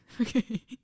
okay